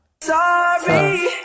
Sorry